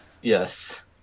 Yes